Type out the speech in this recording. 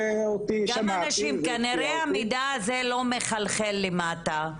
כנראה המידע הזה לא מחלחל למטה.